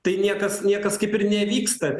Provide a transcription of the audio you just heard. tai niekas niekas kaip ir nevyksta